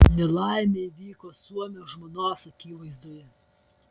nelaimė įvyko suomio žmonos akivaizdoje